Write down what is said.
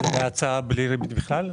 לגבי ההצעה בלי ריבית בכלל?